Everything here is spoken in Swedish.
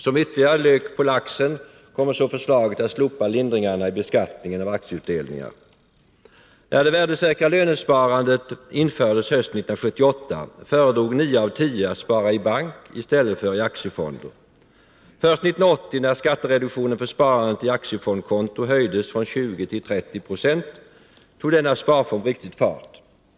Som ytterligare lök på laxen kommer så förslaget att slopa lindringarna i beskattningen av aktieutdelningar. När det värdesäkra lönesparandet infördes hösten 1978 föredrog nio av tio att spara i bank i stället för i aktiefonder. Först 1980 när skattereduktionen för sparandet i aktiefondskonto höjdes från 20 till 30 26 tog denna sparform riktig fart.